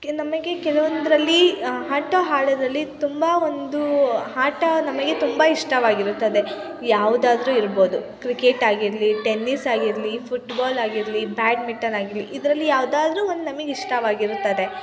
ನಮಗೆ ಕೆಲವೊಂದರಲ್ಲಿ ಆಟ ಆಡೋದ್ರಲ್ಲಿ ತುಂಬ ಒಂದು ಆಟ ನಮಗೆ ತುಂಬ ಇಷ್ಟವಾಗಿರುತ್ತದೆ ಯಾವುದಾದರೂ ಇರ್ಬೋದು ಕ್ರಿಕೆಟ್ ಆಗಿರಲಿ ಟೆನ್ನಿಸ್ ಆಗಿರಲಿ ಫುಟ್ಬಾಲ್ ಆಗಿರಲಿ ಬ್ಯಾಡ್ಮಿಟನ್ ಆಗಿರಲಿ ಇದರಲ್ಲಿ ಯಾವುದಾದ್ರು ಒಂದು ನಮಗ್ ಇಷ್ಟವಾಗಿರುತ್ತದೆ